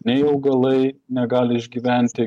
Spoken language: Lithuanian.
nei augalai negali išgyventi